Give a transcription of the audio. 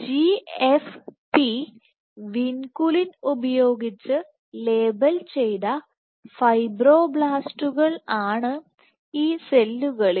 G F P vinculin ഉപയോഗിച്ച് label ചെയ്ത ഫൈബ്രോബ്ലാസ്റ്റുകൾ ആണ്ഈ സെല്ലുകളിൽ